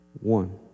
One